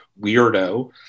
weirdo